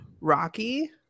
rocky